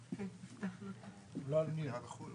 קצת קשה לי להבין איך תחרות גורם לייקור,